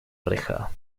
reja